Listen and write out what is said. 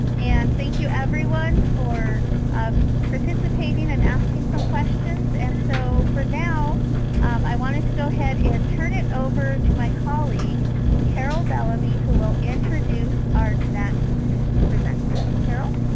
and thank you everyone for participating and asking some questions. and so for now i wanted to go ahead and turn it over to my colleague carol bellamy who will introduce our next presenter, carol.